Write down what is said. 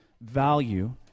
value